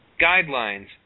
Guidelines